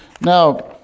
Now